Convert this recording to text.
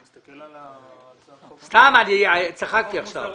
סתם, צחקתי עכשיו.